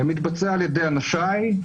מתבצע על ידי אנשיי,